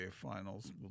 Finals